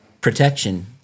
protection